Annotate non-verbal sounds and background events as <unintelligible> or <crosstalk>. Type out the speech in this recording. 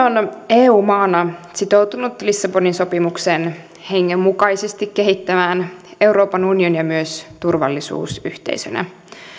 <unintelligible> on eu maana sitoutunut lissabonin sopimuksen hengen mukaisesti kehittämään euroopan unionia myös turvallisuusyhteisönä